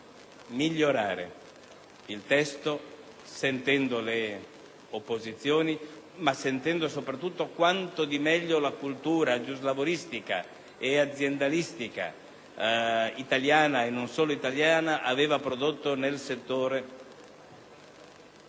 migliorare il testo sentendo le opposizioni e soprattutto quanto di meglio la cultura giuslavoristica e aziendalistica italiana e non solo aveva prodotto nel settore in